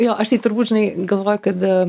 jo aš tai turbūt žinai galvoju kad a